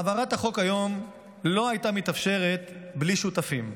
העברת החוק היום לא הייתה מתאפשרת בלי שותפים.